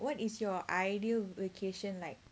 what is your ideal vacation like